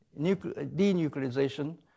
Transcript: denuclearization